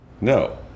No